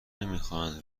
نمیخواهند